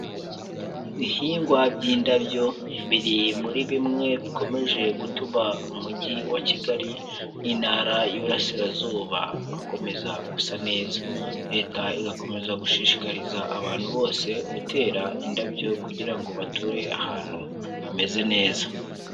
Ibihingwa by'indabyo biri muri bimwe bikomeje gutuma Umujyi wa Kigali n'Intara y'Iburasirazuba akomeza gusa neza, leta igakomeza gushishikariza abantu bose gutera indabyo kugira ngo bature ahantu hameze neza.